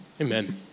Amen